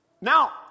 Now